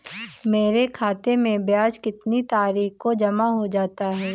मेरे खाते में ब्याज कितनी तारीख को जमा हो जाता है?